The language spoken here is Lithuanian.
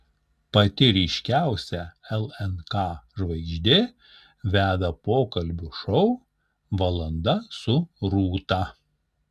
pati ryškiausia lnk žvaigždė veda pokalbių šou valanda su rūta